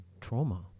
trauma